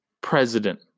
president